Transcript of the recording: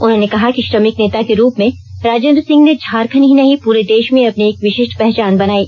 उन्होंने कहा कि श्रमिक नेता के रूप में राजेन्द्र सिंह ने झारखंड ही नहीं पूरे देश में अपनी एक विशिष्ठ पहचान बनायी